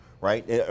right